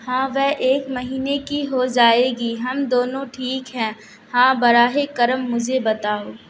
ہاں وے ایک مہینے کی ہو جائے گی ہم دونوں ٹھیک ہیں ہاں براہ کرم مجھے بتاؤ